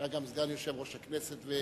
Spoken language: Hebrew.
שהיה גם סגן יושב-ראש הכנסת.